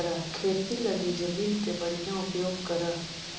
खेती लगी जमीन के बढ़ियां उपयोग करऽ